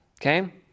Okay